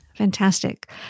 Fantastic